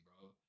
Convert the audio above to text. bro